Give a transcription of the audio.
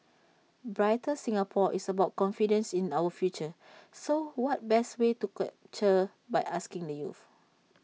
brighter Singapore is about confidence in our future so what best way to capture by asking the youth